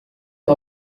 two